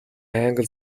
англи